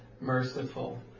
merciful